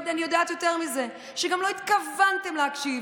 אני יודעת יותר מזה, שגם לא התכוונתם להקשיב.